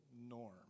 norm